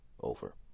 Over